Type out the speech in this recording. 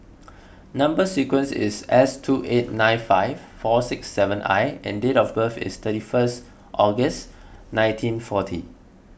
Number Sequence is S two eight nine five four six seven I and date of birth is thirty first August nineteen forty